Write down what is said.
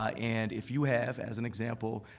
ah and if you have, as an example,